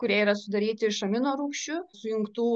kurie yra sudaryti iš aminorūgščių sujungtų